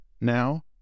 Now